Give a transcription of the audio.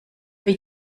für